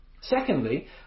Secondly